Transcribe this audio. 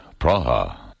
Praha